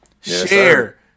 share